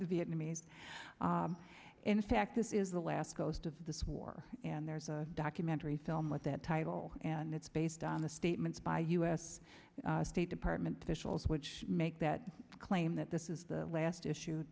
are vietnamese in fact this is the last ghost of this war and there's a documentary film with that title and it's based on the statements by u s state department officials which make that claim that this is the last issue